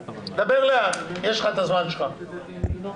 אני רק אומר שוב פה שיהיה לפרוטוקול.